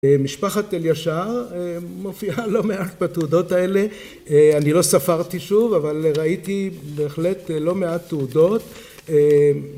משפחת אלישר מופיעה לא מעט בתעודות האלה אני לא ספרתי שוב אבל ראיתי בהחלט לא מעט תעודות